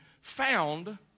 found